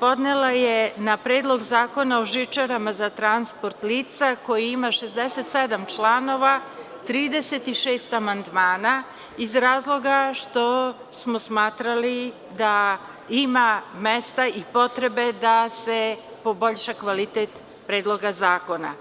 podnela je na Predlog zakona o žičarama za transport lica, koji ima 67 članova 36 amandmana iz razloga što smo smatrali da ima mesta i potrebe da se poboljša kvalitet Predloga zakona.